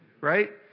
Right